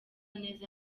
neza